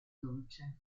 dolce